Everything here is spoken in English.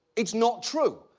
it's not true.